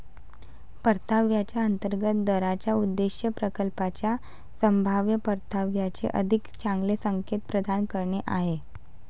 परताव्याच्या अंतर्गत दराचा उद्देश प्रकल्पाच्या संभाव्य परताव्याचे अधिक चांगले संकेत प्रदान करणे आहे